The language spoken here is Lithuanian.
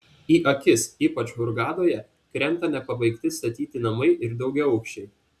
į akis ypač hurgadoje krenta nepabaigti statyti namai ir daugiaaukščiai